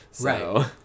Right